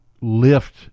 lift